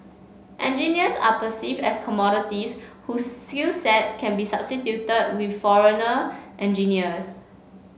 engineers are perceived as commodities whose skills sets can be substituted with foreigner engineers